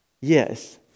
Yes